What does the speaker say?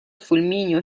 fulmineo